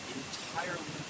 entirely